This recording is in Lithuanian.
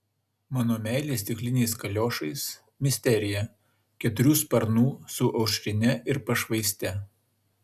mano meilė stikliniais kaliošais misterija keturių sparnų su aušrine ir pašvaiste